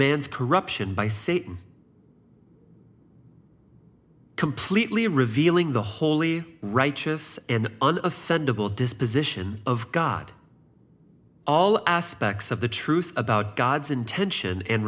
man's corruption by satan completely revealing the holy righteous and the offended will disposition of god all aspects of the truth about god's intention and